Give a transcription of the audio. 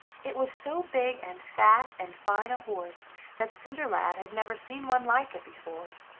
it was so big, and fat, and fine a horse that cinderlad had never seen one like it before,